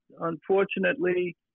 unfortunately